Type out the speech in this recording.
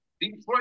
Detroit